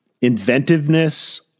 inventiveness